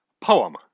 poem